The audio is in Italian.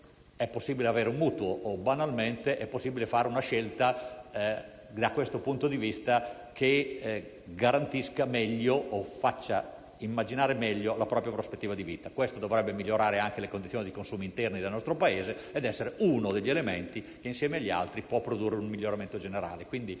precari e a tempo. Banalmente, è possibile ottenere un mutuo o fare una scelta che garantisca meglio o faccia immaginare meglio la propria prospettiva di vita. Questo dovrebbe migliorare anche le condizioni dei consumi interni del nostro Paese ed essere uno degli elementi che, insieme agli altri, può produrre un miglioramento generale.